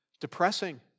Depressing